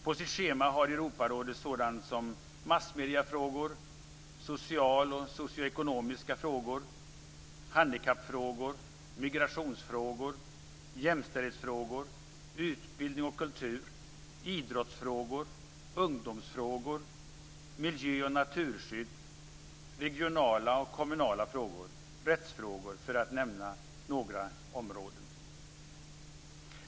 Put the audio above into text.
På sitt schema har Europarådet sådant som massmediefrågor, sociala och socio-ekonomiska frågor, handikappfrågor, migrationsfrågor, jämställdhetsfrågor, utbildningsfrågor och kulturfrågor, idrottsfrågor, ungdomsfrågor, miljö och naturskyddsfrågor, regionala och kommunala frågor, rättsfrågor, för att nämna några områden.